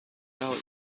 our